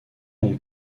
ont